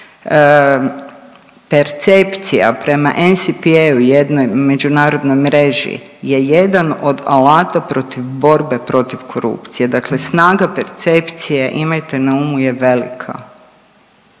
Percepcija prema NCP-u jednoj međunarodnoj mreži je jedan od alata protiv borbe protiv korupcije. Dakle, snaga percepcije imajte na umu je velika.